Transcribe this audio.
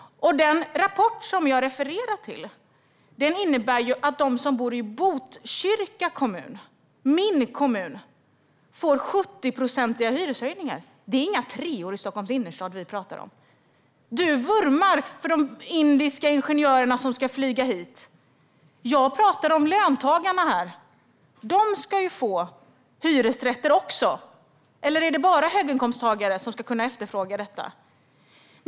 Den rapport som jag refererar till säger att de som bor i Botkyrka kommun - min kommun - får 70-procentiga hyreshöjningar. Vi talar inte om några treor i Stockholms innerstad. Du vurmar för de indiska ingenjörerna som ska flyga hit. Jag talar om löntagarna här. De ska väl också få hyresrätter. Eller är det bara höginkomsttagare som ska kunna efterfråga detta?